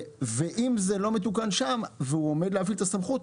אם זה לא מתוקן שם והוא עומד להפעיל את הסמכות,